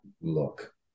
look